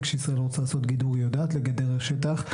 וכשישראל רוצה לעשות גידור היא יודעת לגדר שטח.